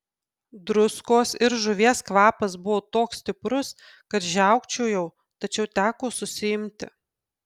druskos ir žuvies kvapas buvo toks stiprus kad žiaukčiojau tačiau teko susiimti